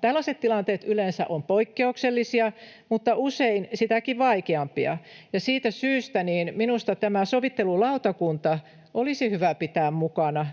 Tällaiset tilanteet yleensä ovat poikkeuksellisia mutta usein sitäkin vaikeampia, ja siitä syystä minusta tämä sovittelulautakunta olisi hyvä pitää mukana